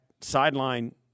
sideline